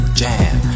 jam